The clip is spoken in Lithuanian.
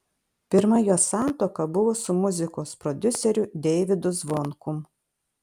pirma jos santuoka buvo su muzikos prodiuseriu deivydu zvonkum